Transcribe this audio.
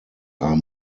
are